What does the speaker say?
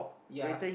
yea